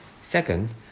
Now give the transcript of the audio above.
Second